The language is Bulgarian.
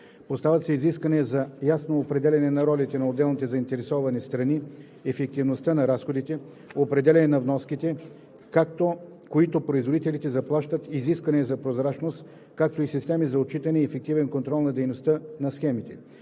Поставят се изисквания за ясно определяне на ролите на отделните заинтересовани страни, ефективността на разходите, определяне на вноските, които производителите заплащат, изисквания за прозрачност, както и системи за отчитане и ефективен контрол на дейността на схемите.